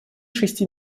шести